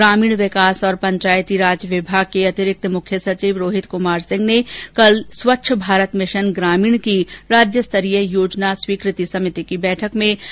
ग्रामीण विकास और पंचायती राज विभाग के अतिरिक्त मुख्य सचिव रोहित कुमार सिंह ने कल स्वच्छ भारत मिशन ग्रामीण की राज्य स्तरीय योजना स्वीकृति सभिति की बैठक अधिकारियों को निर्देश दिए